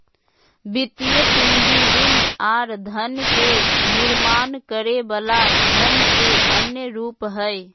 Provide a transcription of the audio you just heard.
वित्तीय पूंजी ऋण आर धन के निर्माण करे वला धन के अन्य रूप हय